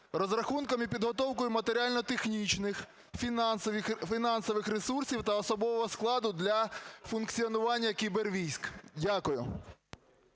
розрахунком і підготовкою матеріально-технічних, фінансових ресурсів та особового складу для функціонування кібервійськ? Дякую.